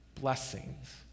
blessings